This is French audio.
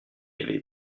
avait